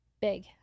Big